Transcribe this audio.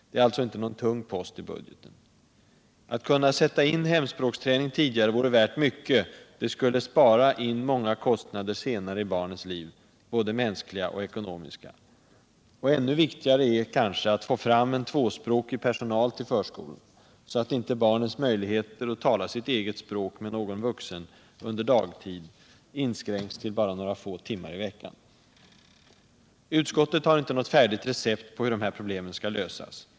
Det är alltså inte någon tung post i budgeten. Att kunna sätta in hemspråksträning tidigare vore värt mycket — det skulle spara in många kostnader senare i barnens liv — både mänskliga och ekonomiska. Och ännu viktigare är kanske att få fram tvåspråkig personal till förskolorna, så att inte barnets möjligheter att tala sitt eget språk med någon vuxen under dagtid inskränks till några få timmar i veckan. Utskottet har inte något färdigt recept på hur de här problemen skall lösas.